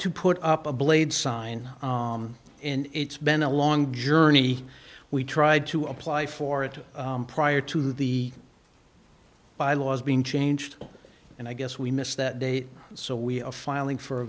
to put up a blade sign and it's been a long journey we tried to apply for it prior to the by laws being changed and i guess we missed that date so we are filing for a